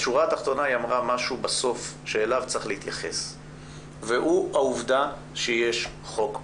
משהו בסוף דבריה ואליו צריך להתייחס והוא העובדה שיש חוק פלילי.